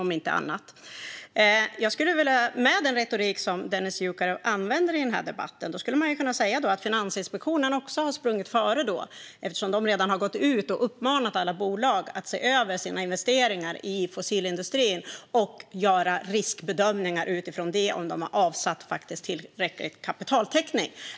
Med den retorik som Dennis Dioukarev använder i denna debatt skulle man kunna säga att Finansinspektionen har sprungit före eftersom de har uppmanat alla bolag att se över sina investeringar i fossilindustrin och göra riskbedömningar utifrån det om de har avsatt tillräcklig kapitaltäckning.